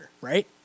right